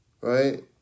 right